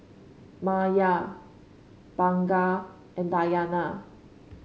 Maya Bunga and Dayana